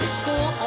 school